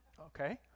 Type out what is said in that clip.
Okay